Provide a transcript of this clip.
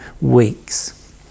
weeks